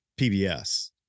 PBS